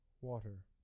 water